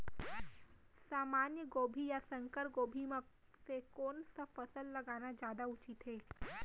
सामान्य गोभी या संकर गोभी म से कोन स फसल लगाना जादा उचित हे?